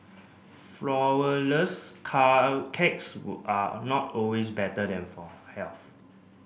flourless car cakes were are not always better then for health